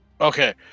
Okay